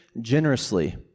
generously